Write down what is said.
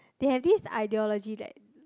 they have this ideology that